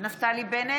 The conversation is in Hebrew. נפתלי בנט,